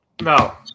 no